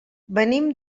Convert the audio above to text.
venim